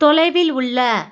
தொலைவில் உள்ள